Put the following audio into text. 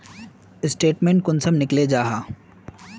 Statement कुंसम निकले जाहा?